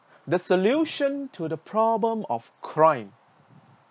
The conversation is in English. the solution to the problem of crime